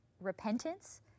repentance